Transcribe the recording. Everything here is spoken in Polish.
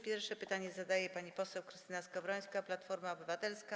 Pierwsze pytanie zadaje pani poseł Krystyna Skowrońska, Platforma Obywatelska.